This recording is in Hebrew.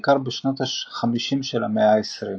בעיקר בשנות ה-50 של המאה ה-20,